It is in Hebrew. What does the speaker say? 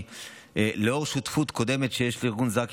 לאור שותפות קודמת שיש לארגון זק"א